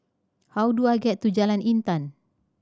how do I get to Jalan Intan